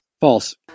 False